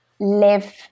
live